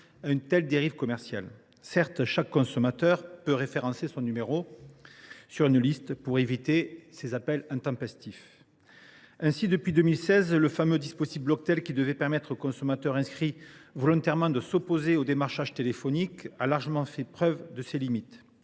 à une telle dérive commerciale. Certes, chaque consommateur peut référencer son numéro sur une liste pour éviter les appels intempestifs. Toutefois, depuis 2016, le fameux dispositif Bloctel, qui devait permettre aux consommateurs inscrits volontairement de s’opposer au démarchage téléphonique, a largement fait les preuves de ses limites.